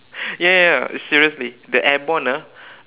ya ya ya seriously the airborne ah